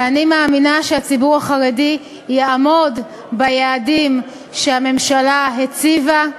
ואני מאמינה שהציבור החרדי יעמוד ביעדים שהממשלה הציבה.